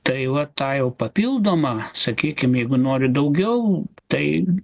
tai va tą jau papildomą sakykim jeigu nori daugiau tai